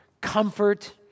comfort